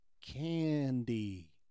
candy